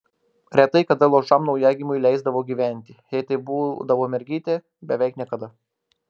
retai kada luošam naujagimiui leisdavo gyventi jei tai būdavo mergytė beveik niekada